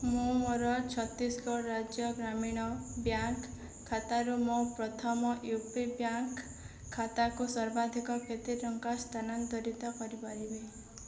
ମୁଁ ମୋର ଛତିଶଗଡ଼ ରାଜ୍ୟ ଗ୍ରାମୀଣ ବ୍ୟାଙ୍କ ଖାତାରୁ ମୋ ପ୍ରଥମ ୟୁ ପି ବ୍ୟାଙ୍କ ଖାତାକୁ ସର୍ବାଧିକ କେତେ ଟଙ୍କା ସ୍ଥାନାନ୍ତରିତ କରିପାରିବି